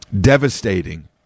devastating